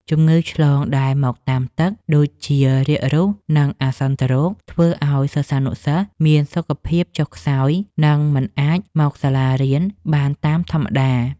ជំងឺឆ្លងដែលមកតាមទឹក ដូចជារាករូស និងអាសន្នរោគ ធ្វើឱ្យសិស្សានុសិស្សមានសុខភាពចុះខ្សោយ និង មិនអាចមកសាលារៀនបានតាមធម្មតា។